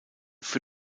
für